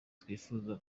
twifuza